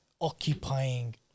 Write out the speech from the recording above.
occupying